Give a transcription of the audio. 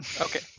Okay